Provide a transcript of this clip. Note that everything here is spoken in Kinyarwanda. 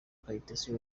kayitesi